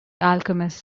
alchemist